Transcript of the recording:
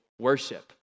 worship